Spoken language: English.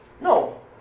No